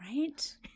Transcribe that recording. right